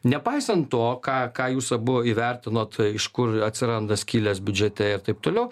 nepaisant to ką ką jūs abu įvertinot iš kur atsiranda skylės biudžete ir taip toliau